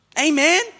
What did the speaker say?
Amen